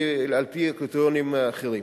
על-פי קריטריונים אחרים.